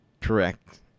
Correct